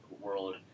world